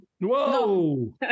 Whoa